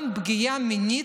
גם פגיעה מינית,